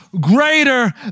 greater